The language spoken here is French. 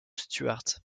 stuart